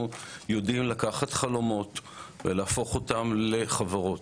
יודעים לקחת חלומות ולהפוך אותם לחברות,